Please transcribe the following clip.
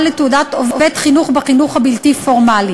לתעודת עובד חינוך בחינוך הבלתי-פורמלי.